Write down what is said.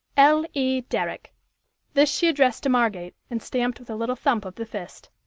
l. e. derrick this she addressed to margate, and stamped with a little thump of the fist.